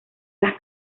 las